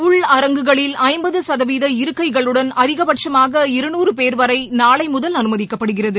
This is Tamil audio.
உள்அரங்குகளில் ஐம்பது சதவீத இருக்கைகளுடன் அதிகபட்சுமாக இருநூறு பேர் வரை நாளை முதல் அனுமதிக்கப்படுகிறது